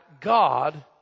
God